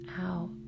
out